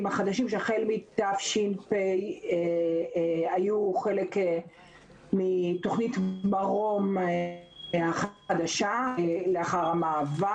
החדשים שהחל מתש"פ היו חלק מתכנית מרום החדשה לאחר המעבר.